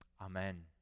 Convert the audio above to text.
Amen